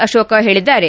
ಅಶೋಕ ಹೇಳಿದ್ದಾರೆ